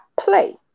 play